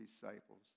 disciples